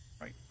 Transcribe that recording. right